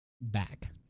back